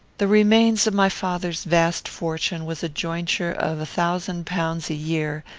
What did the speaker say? the remains of my father's vast fortune was a jointure of a thousand pounds a year,